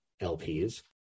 LPs